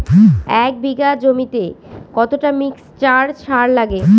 এক বিঘা জমিতে কতটা মিক্সচার সার লাগে?